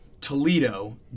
Toledo